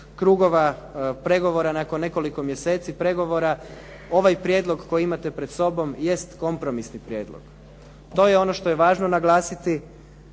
krugova pregovora, nakon nekoliko mjeseci pregovora ovaj prijedlog koji imate pred sobom jest kompromisni prijedlog. To je ono što je važno naglasiti.